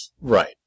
right